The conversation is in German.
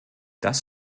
das